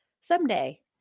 someday